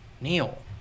Neil